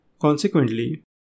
Consequently